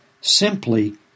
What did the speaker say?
simply